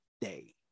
day